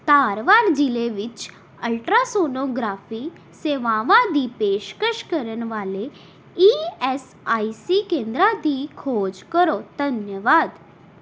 ਧਾਰਵਾੜ ਜ਼ਿਲ੍ਹੇ ਵਿੱਚ ਅਲਟਰਾਸੋਨੋਗ੍ਰਾਫੀ ਸੇਵਾਵਾਂ ਦੀ ਪੇਸ਼ਕਸ਼ ਕਰਨ ਵਾਲੇ ਈ ਐੱਸ ਆਈ ਸੀ ਕੇਂਦਰਾਂ ਦੀ ਖੋਜ ਕਰੋ ਧੰਨਵਾਦ